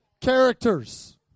Characters